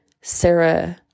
sarah